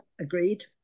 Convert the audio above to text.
agreed